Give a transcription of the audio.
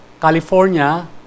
California